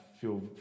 feel